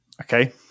Okay